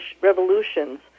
revolutions